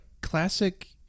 classic